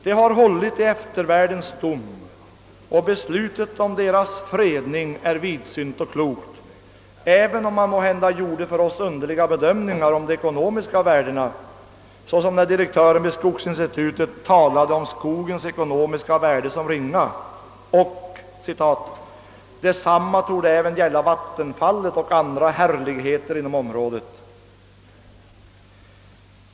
De har hållit inför eftervärldens dom, och beslutet om dessa områdens fredning var vidsynt och klokt, även om man måhända gjorde för oss underliga bedömningar om de ekonomiska värdena, såsom när direktören vid skogsinstitutet talade om skogens värde såsom ringa och framhöll att »detsamma torde äfven gälla vattenfallet och andra härligheter inom området».